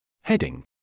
Heading